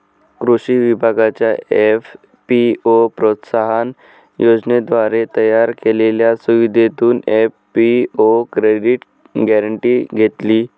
कृषी विभागाच्या एफ.पी.ओ प्रोत्साहन योजनेद्वारे तयार केलेल्या सुविधेतून एफ.पी.ओ क्रेडिट गॅरेंटी घेतली